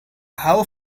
how